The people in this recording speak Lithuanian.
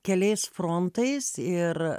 keliais frontais ir